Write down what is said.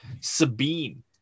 Sabine